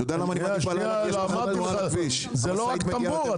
מדינת ישראל זה לא טמבור.